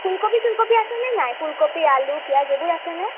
ফুলকবি ছুলকবি আছেনে নাই ফুলকবি আলু পিয়াঁজ এইবোৰ আছেনে